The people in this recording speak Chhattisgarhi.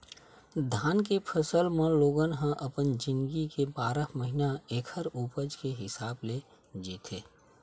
धान के फसल म लोगन ह अपन जिनगी के बारह महिना ऐखर उपज के हिसाब ले जीथे